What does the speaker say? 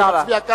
תודה רבה.